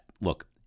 look